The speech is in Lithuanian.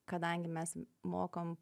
kadangi mes mokom